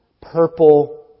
Purple